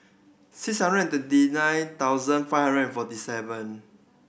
six hundred and twenty nine thousand five hundred forty seven